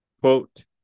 Quote